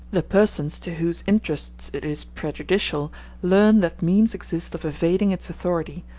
the persons to whose interests it is prejudicial learn that means exist of evading its authority,